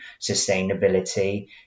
sustainability